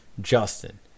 justin